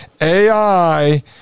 AI